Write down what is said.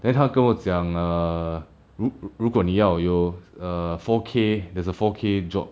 then 他跟我讲 err 如如果你要有 err four K there's a four K job